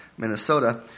Minnesota